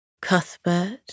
Cuthbert